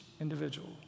individual